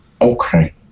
Okay